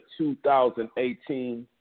2018